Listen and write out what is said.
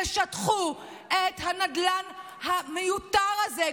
תשטחו את הנדל"ן המיותר הזה.